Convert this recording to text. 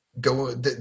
go